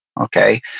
Okay